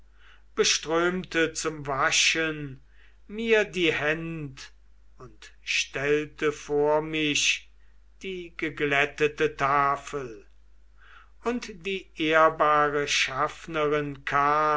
beströmte zum waschen mir die händ und stellte vor mich die geglättete tafel und die ehrbare schaffnerin